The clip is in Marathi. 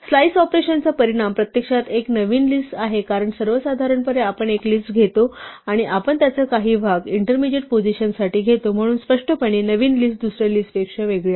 स्लाइस ऑपरेशनचा परिणाम प्रत्यक्षात एक नवीन लिस्ट आहे कारण सर्वसाधारणपणे आपण एक लिस्ट घेतो आणि आपण त्याचा काही भाग इंटरमीजिएट पोझिशनसाठी घेतो म्हणून स्पष्टपणे नवीन लिस्ट जुन्या लिस्टपेक्षा वेगळी आहे